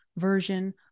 Version